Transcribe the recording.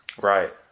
Right